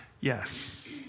yes